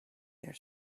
their